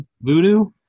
voodoo